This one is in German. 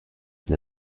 der